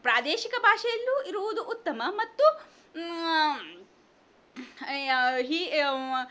ಪ್ರಾದೇಶಿಕ ಭಾಷೆಯಲ್ಲೂ ಇರುವುದು ಉತ್ತಮ ಮತ್ತು ಹಿ ಇವು